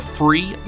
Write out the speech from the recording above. free